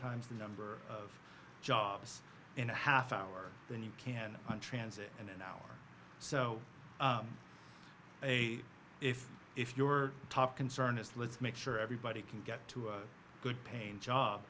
the number of jobs in a half hour than you can on transit in an hour or so a if if your top concern is let's make sure everybody can get to a good paying job